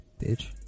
Bitch